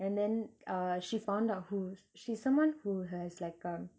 and then uh she found out who she's someone who has like um